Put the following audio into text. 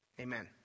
amen